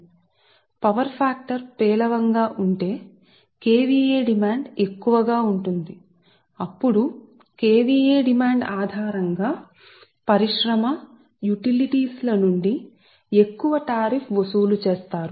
మీ power factor పేలవంగా ఉంటే KVA demand ఎక్కువగా ఉంటుంది అప్పుడు KVA డిమాండ్ ఆధారం గా ఎక్కువ సుంకం కూడా వారు KVA డిమాండ్పై పరిశ్రమ నుండి వసూలు చేసే యుటిలిటీలను వసూలు చేస్తారు